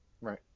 Right